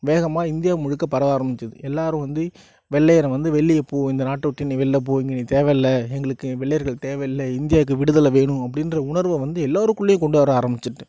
வேகமாக இந்தியா முழுக்க பரவ ஆரம்பித்தது எல்லாரும் வந்து வெள்ளையனே வந்து வெளியேப்போ இந்த நாட்டை விட்டு நீ வெளியிலப்போ இங்கே நீ தேவையில்லை எங்களுக்கு வெள்ளையர்கள் தேவையில்லை இந்தியாவுக்கு விடுதலை வேணும் அப்படின்ற உணர்வை வந்து எல்லோருக்குள்ளையும் கொண்டு வர ஆரம்பிச்சிட்டுது